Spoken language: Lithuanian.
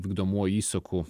vykdomuoju įsaku